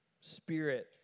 spirit